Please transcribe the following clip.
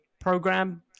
program